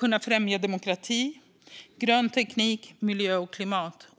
för att främja demokrati, grön teknik, miljö och klimat.